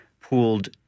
pooled